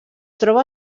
troba